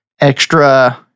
extra